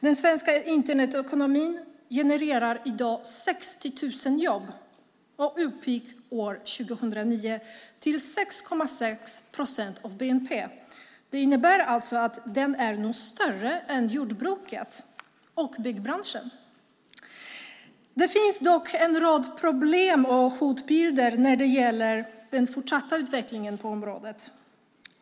Den svenska Internetekonomin genererar i dag 60 000 jobb och uppgick år 2009 till 6,6 procent av bnp. Det innebär att den nu är större än jordbruket och byggbranschen. Det finns dock en rad problem och hotbilder när det gäller den fortsatta utvecklingen på området.